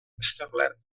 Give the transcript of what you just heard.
establert